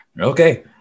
Okay